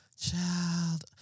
Child